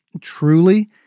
truly